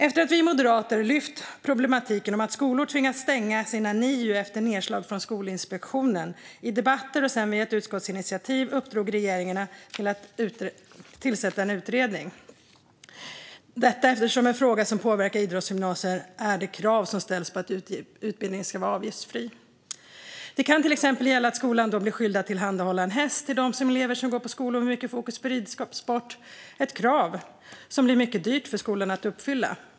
Efter att vi moderater i debatter lyft problematiken med att skolor tvingats stänga sina NIU:er efter nedslag från Skolinspektionen uppdrog riksdagen via ett utskottsinitiativ åt regeringen att tillsätta en utredning, detta eftersom en fråga som påverkar idrottsgymnasier är det krav som ställs på att utbildningen ska vara avgiftsfri. Det kan till exempel gälla att skolan blir skyldig att tillhandahålla en häst till de elever som går på skolor med mycket fokus på ridsport - ett krav som blir mycket dyrt för skolan att uppfylla.